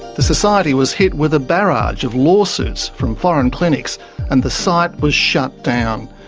the society was hit with a barrage of lawsuits from foreign clinics and the site was shut down.